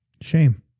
shame